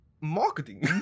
marketing